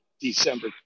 December